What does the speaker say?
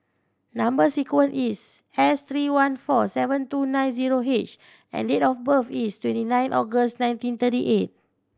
number sequence is S three one four seven two nine zero H and date of birth is twenty nine August nineteen thirty eight